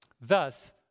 Thus